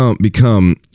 become